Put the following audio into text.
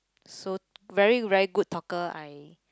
so very very good talker I